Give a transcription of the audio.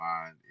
mind